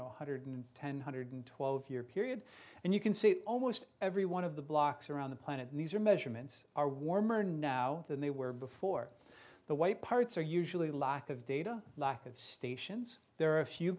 know one hundred ten one hundred twelve year period and you can see almost every one of the blocks around the planet and these are measurements are warmer now than they were before the white parts are usually lack of data lack of stations there are a few